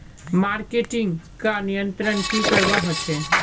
Marketing का नियंत्रण की करवा होचे?